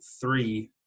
three